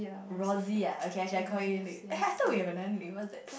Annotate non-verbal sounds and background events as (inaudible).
Rosie ah okay I shall call you that (laughs) I thought we have another nickname what's that